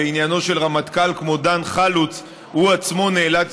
בעניינו של רמטכ"ל כמו דן חלוץ הוא עצמו נאלץ